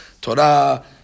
Torah